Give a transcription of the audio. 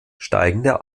steigende